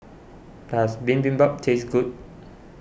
does Bibimbap taste good